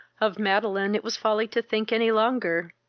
of madeline it was folly to think any longer.